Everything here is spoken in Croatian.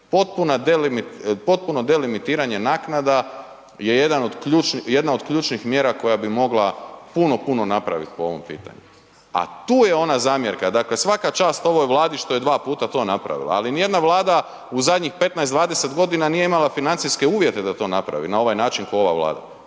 potpuno delimitiranje naknada je jedan, jedna od ključnim mjera koja bi mogla puno, puno napraviti po ovom pitanju. A tu je ona zamjerka, dakle svaka čast ovoj Vladi što je 2 puta to napravila, ali ni jedna Vlada u zadnjih 15, 20 godina nije imala financijske uvjete da to napravi na ovaj način ko ova Vlada.